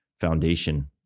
foundation